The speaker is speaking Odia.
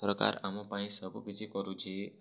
ସରକାର ଆମପାଇଁ ସବୁକିଛି କରୁଛି